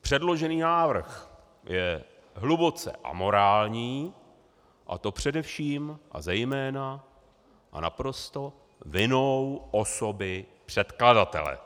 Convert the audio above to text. Předložený návrh je hluboce amorální, a to především a zejména a naprosto vinou osoby předkladatele.